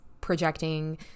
projecting